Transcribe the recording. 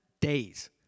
Days